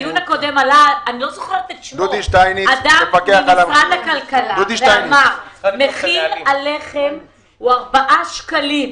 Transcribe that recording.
בדיון הקודם עלה אדם ממשרד הכלכלה ואמר שמחיר הלחם הוא ארבעה שקלים.